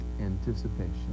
anticipation